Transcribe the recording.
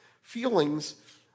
Feelings